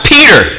Peter